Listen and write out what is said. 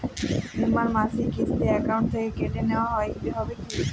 বিমার মাসিক কিস্তি অ্যাকাউন্ট থেকে কেটে নেওয়া হবে কি?